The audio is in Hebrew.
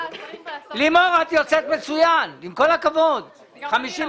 לימור, עם כל הכבוד, את יוצאת מצוין.